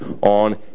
on